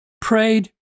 prayed